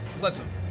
Listen